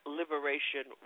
liberation